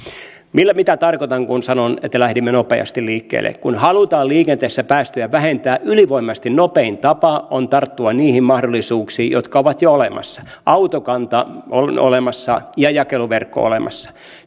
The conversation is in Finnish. mitä tarkoitan kun sanon että lähdimme nopeasti liikkeelle kun halutaan liikenteessä päästöjä vähentää ylivoimaisesti nopein tapa on tarttua niihin mahdollisuuksiin jotka ovat jo olemassa autokanta on olemassa ja jakeluverkko on olemassa